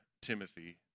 Timothy